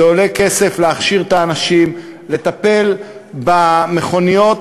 זה עולה כסף להכשיר את האנשים לטפל במכוניות